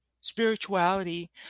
spirituality